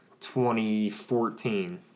2014